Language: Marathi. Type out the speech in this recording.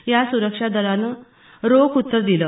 याला सुरक्षा दलानं रोख उत्तर दिलं